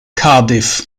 cardiff